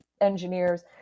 engineers